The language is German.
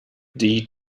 die